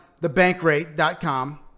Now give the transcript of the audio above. thebankrate.com